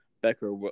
Becker